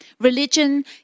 Religion